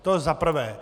To za prvé.